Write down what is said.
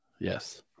Yes